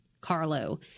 Carlo